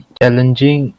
challenging